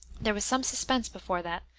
there was some suspense before that,